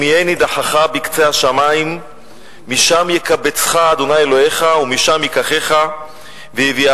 אם יהיה נידחך בקצה השמים משם יקבצך ה' אלוהיך ומשם ייקחך ויביאך